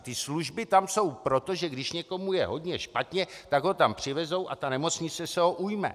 Ty služby tam jsou proto, že když někomu je hodně špatně, tak ho tam přivezou a nemocnice se ho ujme.